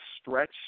stretch